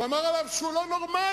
הוא אמר עליו שהוא לא נורמלי.